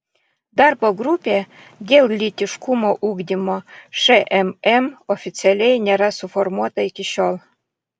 darbo grupė dėl lytiškumo ugdymo šmm oficialiai nėra suformuota iki šiol